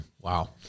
Wow